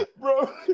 Bro